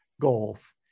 goals